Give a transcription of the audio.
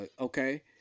Okay